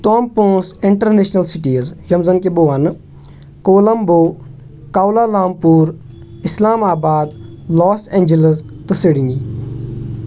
تِم پۄنٛسہٕ international cities یِم زَن کہِ بہٕ وَنہٕ Colombo Kuala Lumpur Islamabad Los Angeles تہٕ سِڈنی